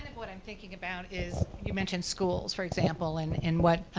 what i'm thinking about is you mentioned schools for example, and and what,